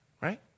Right